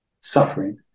suffering